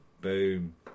Boom